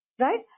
right